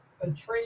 Patricia